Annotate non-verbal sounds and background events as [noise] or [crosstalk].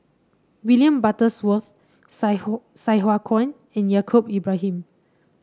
William Butterworth Sai [unintelligible] Sai Hua Kuan and Yaacob Ibrahim